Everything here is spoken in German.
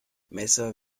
messer